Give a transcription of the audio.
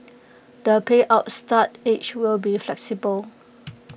the payout start age will be flexible